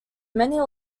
many